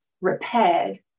repaired